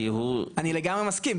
כי הוא --- אני לגמרי מסכים,